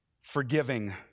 forgiving